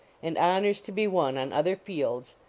and honors to be won on other fields,